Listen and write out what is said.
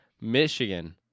Michigan